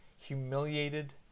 humiliated